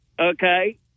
okay